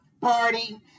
Party